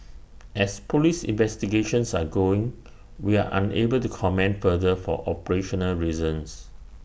as Police investigations are going we are unable to comment further for operational reasons